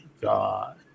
God